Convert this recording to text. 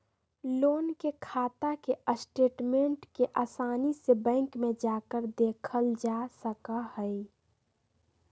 loan के खाता के स्टेटमेन्ट के आसानी से बैंक में जाकर देखल जा सका हई